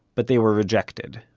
but they were rejected,